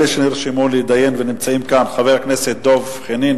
אלה שנרשמו להתדיין ונמצאים כאן: חבר הכנסת דב חנין,